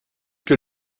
que